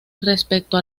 respecto